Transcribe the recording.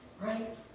Right